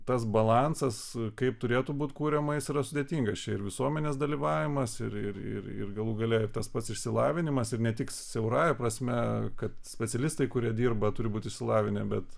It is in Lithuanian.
tas balansas kaip turėtų būti kuriama jis yra sudėtingas čia ir visuomenės dalyvavimas ir ir ir galų gale tas pats išsilavinimas ir ne tik siaurąja prasme kad specialistai kurie dirba turi būti išsilavinę bet